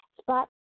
spot